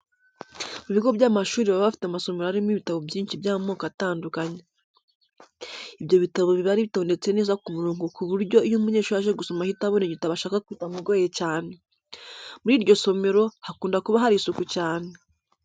Mu bigo by'amashuri baba bafite amasomero arimo ibitabo byinshi by'amako atandukanye. Ibyo bitabo biba bitondetse neza ku murongo ku buryo iyo umunyeshuri aje gusoma ahita abona igitabo ashaka bitamugoye cyane. Muri iryo somero hakunda kuba hari isuku cyane.